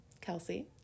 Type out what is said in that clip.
Kelsey